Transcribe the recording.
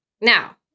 Now